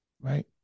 right